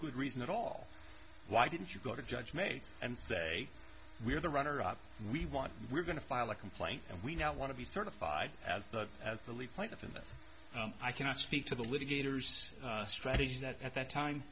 good reason at all why didn't you go to judge me and say we're the runner up we want we're going to file a complaint and we now want to be certified as the as the lead plaintiff in this i cannot speak to the litigators strategies that at that time